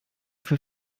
für